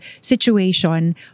situation